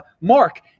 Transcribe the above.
mark